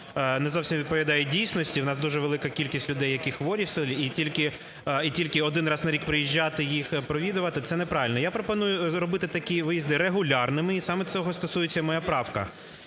не зовсім відповідає дійсності. В нас дуже велика кількість людей, які хворі в селі і тільки... і тільки один раз на рік приїжджати їх провідувати – це неправильно. Я пропоную зробити такі виїзди регулярними і саме цього стосується моя правка.